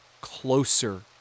closer